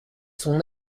son